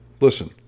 Listen